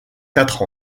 quatre